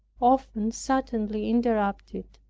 often suddenly interrupted,